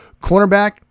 Cornerback